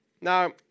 now